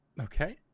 Okay